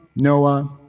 Noah